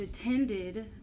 attended